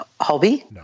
hobby